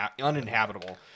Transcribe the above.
uninhabitable